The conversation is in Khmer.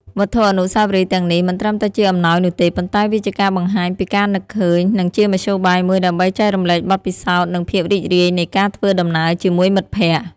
វត្ថុអនុស្សាវរីយ៍ទាំងនេះមិនត្រឹមតែជាអំណោយនោះទេ ប៉ុន្តែវាជាការបង្ហាញពីការនឹកឃើញ និងជាមធ្យោបាយមួយដើម្បីចែករំលែកបទពិសោធន៍ និងភាពរីករាយនៃការធ្វើដំណើរជាមួយមិត្តភក្តិ។